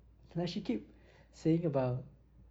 like she keep saying about